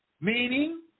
Meaning